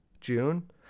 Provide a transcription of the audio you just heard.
June